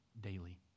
daily